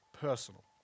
personal